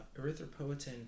erythropoietin